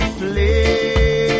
play